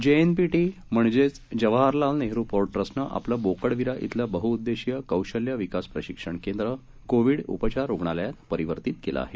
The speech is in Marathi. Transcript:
जेएनपीटी म्हणजेच जवाहरलाल नेहरू पोर्ट ट्रस्टनं आपलं बोकडविरा इथलं बहुउद्देशीय कौशल्य विकास प्रशिक्षण केंद्र कोव्हीड उपचार रुग्णालयात परिवर्तीत केलं आहे